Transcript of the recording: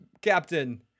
Captain